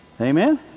Amen